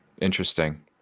Interesting